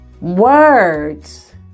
words